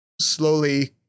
slowly